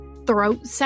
throat